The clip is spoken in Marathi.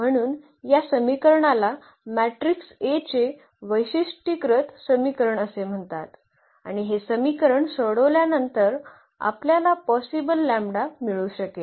म्हणून या समीकरणाला मॅट्रिक्स A चे वैशिष्ट्यीकृत समीकरण असे म्हणतात आणि हे समीकरण सोडवल्यानंतर आपल्याला पॉसीबल लंबडा मिळू शकेल